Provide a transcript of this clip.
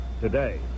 today